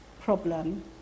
problem